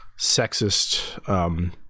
Sexist